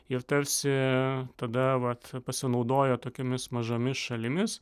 ir tarsi tada vat pasinaudojo tokiomis mažomis šalimis